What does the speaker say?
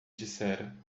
dissera